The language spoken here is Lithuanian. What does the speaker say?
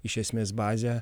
iš esmės bazę